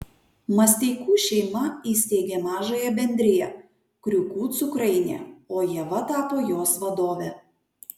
masteikų šeima įsteigė mažąją bendriją kriūkų cukrainė o ieva tapo jos vadove